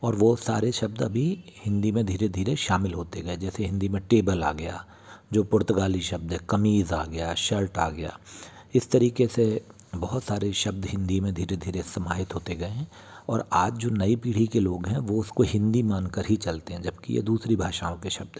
और वह सारे शब्द अभी हिन्दी में धीरे धीरे शामिल होते गए जैसे हिन्दी में टेबल आ गया जो पुर्तगाली शब्द है कमीज आ गया शर्ट आ गया इस तरीके से बहुत सारे शब्द हिन्दी में धीरे धीरे समाहित होते गए हैं और आज जो नई पीढ़ी के लोग हैं वह उसको हिन्दी मान कर ही चलते हैं जबकि यह दूसरी भाषाओं के शब्द हैं